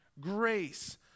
grace